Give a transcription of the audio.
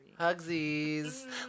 Hugsies